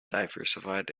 diversified